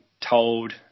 told